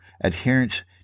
adherence